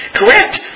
correct